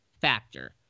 factor